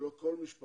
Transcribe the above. שלא כל משפחה